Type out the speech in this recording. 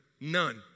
None